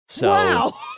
Wow